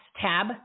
tab